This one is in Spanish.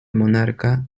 monarca